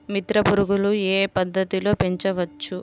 మిత్ర పురుగులు ఏ పద్దతిలో పెంచవచ్చు?